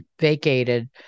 vacated